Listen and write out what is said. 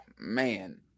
man